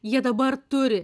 jie dabar turi